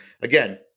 again